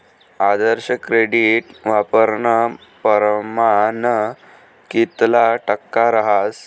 आदर्श credit वापरानं परमाण कितला टक्का रहास